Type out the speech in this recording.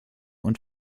und